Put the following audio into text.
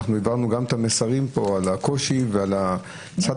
אנחנו העברנו גם את המסרים פה על הקושי ועל הצעד